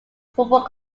football